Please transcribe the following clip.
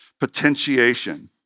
potentiation